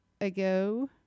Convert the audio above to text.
ago